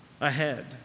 ahead